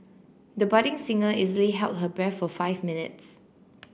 the budding singer easily held her breath for five minutes